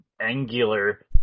Angular